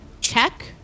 check